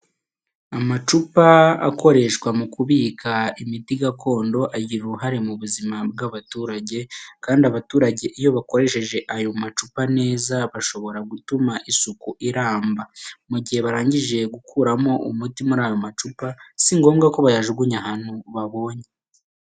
Amacupa akoreshwa mu kubika imiti gakondo, agira uruhare mu buzima bw' abaturage igihe bayakoresheje neza. Kandi abaturage iyo bakoresheje Ayo macupa neza bishobora gutuma isuku iramba. Mu gihe barangije gukura umuti muri Ayo macupa singombwa ko bayajugunye ahantu babonye.